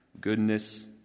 goodness